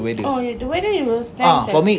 oh ya the weather it was nice ah